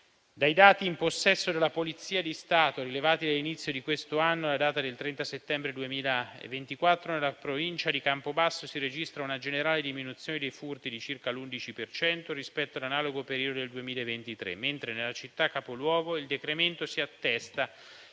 Dai dati in possesso della Polizia di Stato rilevati dall'inizio di questo anno alla data del 30 settembre 2024, nella provincia di Campobasso si registra una generale diminuzione dei furti di circa l'11 per cento rispetto all'analogo periodo del 2023, mentre nella città capoluogo il decremento si attesta